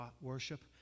worship